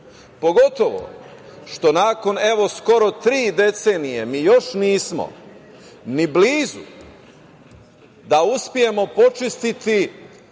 pogotovo što nakon evo skoro tri decenije mi još nismo ni blizu da uspemo počistiti